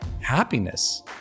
happiness